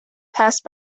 passed